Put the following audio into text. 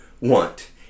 want